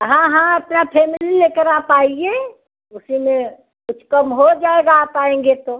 हाँ हाँ अपना फेमिली लेकर आप आइए उसी में कुछ कम हो जाएगा आप आएंगे तो